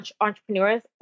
entrepreneurs